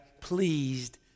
pleased